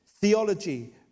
theology